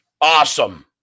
Awesome